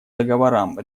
договорам